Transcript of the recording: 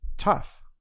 tough